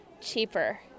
cheaper